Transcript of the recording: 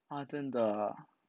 ah 真的啊